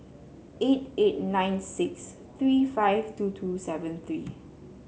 eight eight nine six three five two two seven three